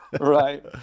right